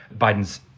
Biden's